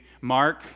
Mark